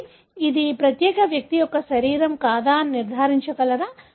కాబట్టి ఇది ఈ ప్రత్యేక వ్యక్తి యొక్క శరీరం కాదా అని నిర్ధారించగలరా